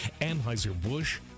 Anheuser-Busch